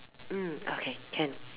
mm okay can